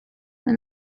when